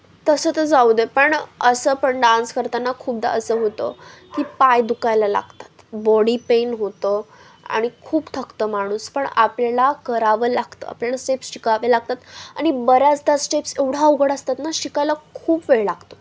तसं तर जाऊ दे पण असं पण डान्स करताना खूपदा असं होतं की पाय दुखायला लागतात बॉडी पेन होतं आणि खूप थकतं माणूस पण आपल्याला करावं लागतं आपल्याला स्टेप्स शिकावे लागतात आणि बऱ्याचदा स्टेप्स एवढा अवघड असतात ना शिकायला खूप वेळ लागतो